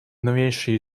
новейшей